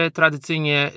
tradycyjnie